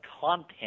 content